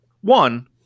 One